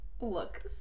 look